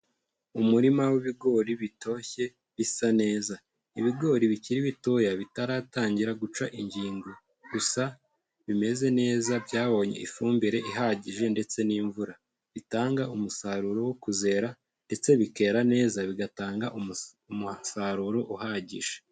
Umurima w'ibigori bitoshye bisa neza, ibigori bikiri bitoya bitaratangira guca ingingo, gusa bimeze neza byabonye ifumbire ihagije ndetse n'imvura ,bitanga umusaruro wo kuzera ndetse bikera neza bigatanga umusaruro uhagije.